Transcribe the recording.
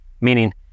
meaning